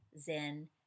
zen